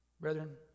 Brethren